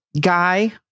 guy